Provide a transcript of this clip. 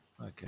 Okay